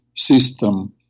system